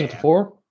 four